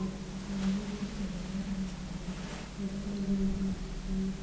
ಬುಕ್ಗೋಳ್ ತಯಾರ್ ಮಾಡ್ಲಾಕ್ಕ್ ಉಪಯೋಗಸ್ತೀವ್